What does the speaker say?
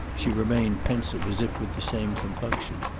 she remained pensive as if with the same compunction.